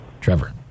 Trevor